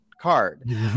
card